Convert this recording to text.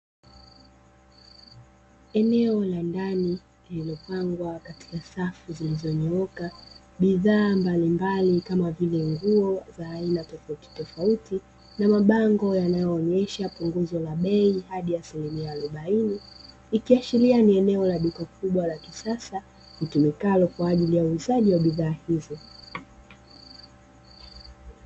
Eneo la ndani lililopangwa katika safi zilizonyooka bidhaa mbalimbali, kama vile nguo za aina tofauti tofauti na mabango yanayoonyesha punguzo la bei hadi asilimia arobaini, ikiashiria ni eneo la duka kubwa la kisasa litumikalo kwa ajili ya ukuzaji wa bidhaa hizo.